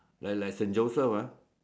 like like Saint Joseph ah